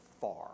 Far